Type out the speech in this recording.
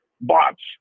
bots